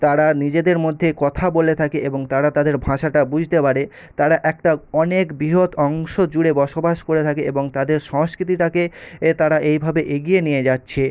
তারা নিজেদের মধ্যে কথা বলে থাকে এবং তারা তাদের ভাষাটা বুঝতে পারে তারা একটা অনেক বৃহৎ অংশ জুড়ে বসবাস করে থাকে এবং তাদের সংস্কৃতিটাকে এ তারা এইভাবে এগিয়ে নিয়ে যাচ্ছে